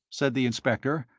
said the inspector,